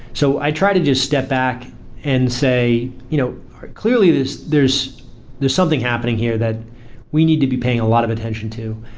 so i try to just step back and say you know clearly, there's there's something happening here that we need to be paying a lot of attention to.